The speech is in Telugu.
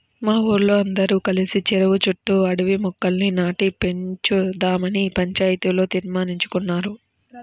మా ఊరోల్లందరం కలిసి చెరువు చుట్టూ అడవి మొక్కల్ని నాటి పెంచుదావని పంచాయతీలో తీర్మానించేసుకున్నాం